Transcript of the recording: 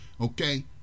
okay